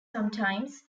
sometimes